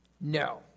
No